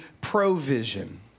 provision